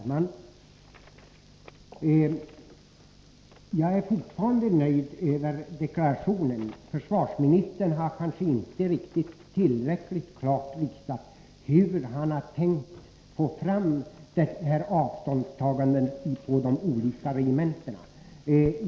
Herr talman! Jag är fortfarande nöjd med deklarationen. Försvarsministern har kanske inte tillräckligt klart visat hur han har tänkt få fram detta avståndstagande ute på de olika regementena.